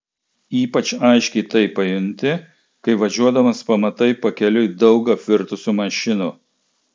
ypač aiškiai tai pajunti kai važiuodamas pamatai pakeliui daug apvirtusių mašinų